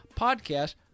podcast